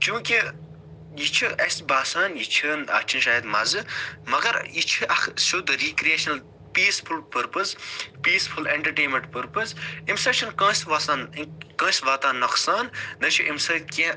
چونٛکہ یہِ چھِ اسہِ باسان یہِ چھَنہٕ اَتھ چھُنہٕ شایَد مَزٕ مگر یہِ چھِ اَکھ سیٛود recreational peaceful purpose peaceful entertainment purpose اَمہِ سۭتۍ چھُنہٕ کانٛسہِ وَسان کانٛسہِ واتان نۄقصان نَہ چھِ اَمہِ سۭتۍ کیٚنٛہہ